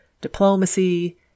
diplomacy